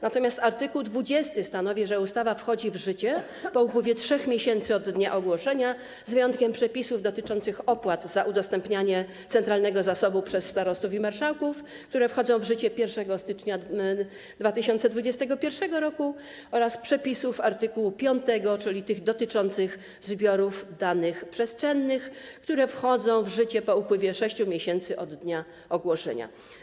Natomiast art. 20 stanowi, że ustawa wchodzi w życie po upływie 3 miesięcy od dnia ogłoszenia, z wyjątkiem przepisów dotyczących opłat za udostępnianie centralnego zasobu przez starostów i marszałków, które wchodzą w życie 1 stycznia 2021 r., oraz przepisów art. 5, czyli dotyczących zbiorów danych przestrzennych, które wchodzą w życie po upływie 6 miesięcy od dnia ogłoszenia.